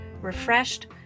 refreshed